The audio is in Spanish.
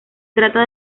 trata